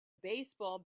baseball